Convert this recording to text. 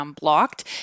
blocked